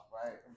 right